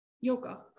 yoga